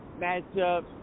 matchups